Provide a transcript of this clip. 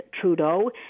Trudeau